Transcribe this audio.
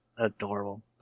Adorable